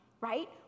Right